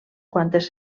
quantes